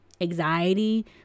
anxiety